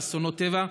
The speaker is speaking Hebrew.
באסונות טבע,